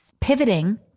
pivoting